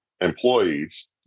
employees